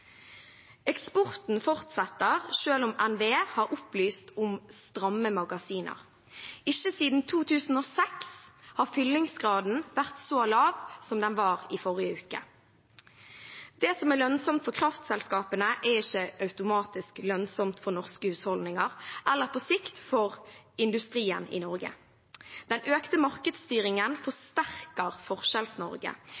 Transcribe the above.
Eksporten fortsetter, selv om NVE har opplyst om stramme magasiner. Ikke siden 2006 har fyllingsgraden vært så lav som den var i forrige uke. Det som er lønnsomt for kraftselskapene, er ikke automatisk lønnsomt for norske husholdninger eller på sikt for industrien i Norge. Den økte markedsstyringen